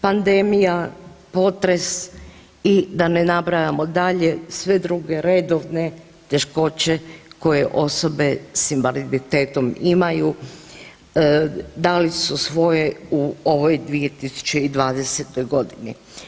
Pandemija, potres i da ne nabrajamo dalje sve druge redovne teškoće koje osobe s invaliditetom imaju dali su svoje u ovoj 2020. godini.